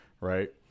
right